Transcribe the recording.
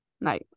no